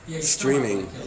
streaming